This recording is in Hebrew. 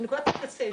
לנקודת הקצה,